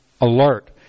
alert